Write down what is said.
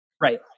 right